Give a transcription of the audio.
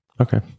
Okay